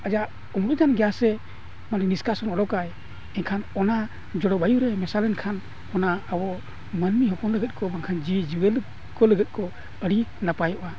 ᱟᱭᱟᱜ ᱩᱢᱩᱞ ᱠᱟᱱ ᱜᱮᱭᱟ ᱥᱮ ᱱᱤᱥᱠᱟᱥᱚᱱ ᱩᱰᱩᱠᱟᱭ ᱮᱱᱠᱷᱟᱱ ᱚᱱᱟ ᱡᱚᱞᱚᱵᱟᱭᱩ ᱨᱮ ᱢᱮᱥᱟ ᱞᱮᱱᱠᱷᱟᱱ ᱚᱱᱟ ᱟᱵᱚ ᱢᱟᱹᱱᱢᱤ ᱦᱚᱯᱚᱱ ᱞᱟᱹᱜᱤᱫ ᱠᱚ ᱵᱟᱠᱷᱟᱱ ᱡᱤᱵᱽᱼᱡᱤᱭᱟᱹᱞᱤ ᱠᱚ ᱞᱟᱹᱜᱤᱫ ᱠᱚ ᱟᱹᱰᱤ ᱱᱟᱯᱟᱭᱚᱜᱼᱟ